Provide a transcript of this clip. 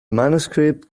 manuscript